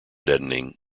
deadening